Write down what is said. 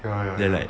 ya ya ya